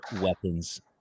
weapons